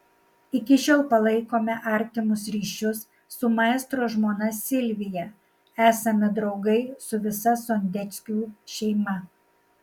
iki šiol palaikome artimus ryšius su maestro žmona silvija esame draugai su visa sondeckių šeima